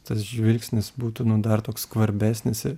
tas žvilgsnis būtų nu dar toks skvarbesnis i